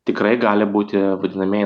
tikrai gali būti vadinamieji